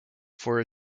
for